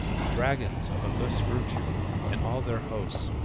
the dragons of august virtue and all their host,